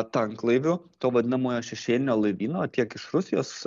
tanklaivių to vadinamojo šešėlinio laivyno tiek iš rusijos